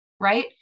Right